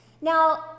Now